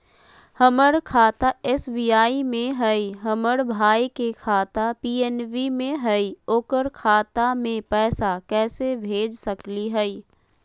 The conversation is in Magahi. हमर खाता एस.बी.आई में हई, हमर भाई के खाता पी.एन.बी में हई, ओकर खाता में पैसा कैसे भेज सकली हई?